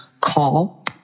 call